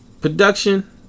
production